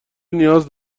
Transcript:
نیاز